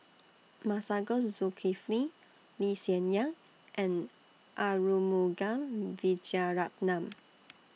Masagos Zulkifli Lee Hsien Yang and Arumugam Vijiaratnam